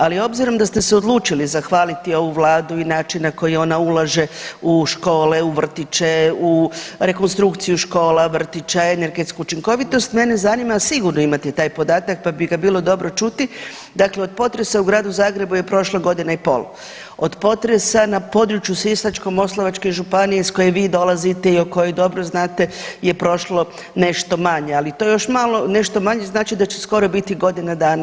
Ali obzirom da ste se odlučili zahvaliti ovu vladu i način na koji ona ulaže u škole, u vrtiće, u rekonstrukciju škola, vrtića, energetsku učinkovitost, mene zanima, sigurno imate taj podatak, pa bi ga bilo dobro čuti, dakle od potresa u Gradu Zagrebu je prošla godina i pol, od potresa na području Sisačko-moslavačke županije iz koje vi dolazite i o kojoj dobro znate je prošlo nešto manje, ali to još malo nešto manje znači da će skoro biti godina dana.